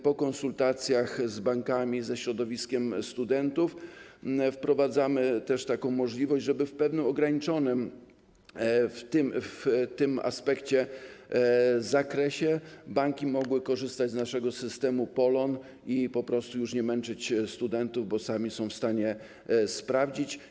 Po konsultacjach z bankami, ze środowiskiem studentów wprowadzamy też taką możliwość, żeby w tym pewnym ograniczonym aspekcie, zakresie banki mogły korzystać z naszego systemu POL-on i po prostu już nie musiały męczyć studentów, bo sami są w stanie to sprawdzić.